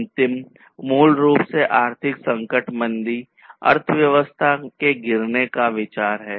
अंतिम मूल रूप से आर्थिक संकट मंदी अर्थव्यवस्था के गिरने का विचार है